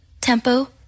tempo